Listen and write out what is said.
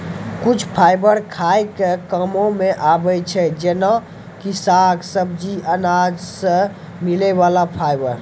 कुछ फाइबर खाय के कामों मॅ आबै छै जेना कि साग, सब्जी, अनाज सॅ मिलै वाला फाइबर